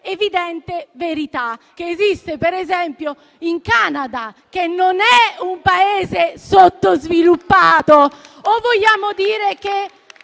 evidente verità, che esiste per esempio in Canada, che non è un Paese sottosviluppato, o vogliamo dire che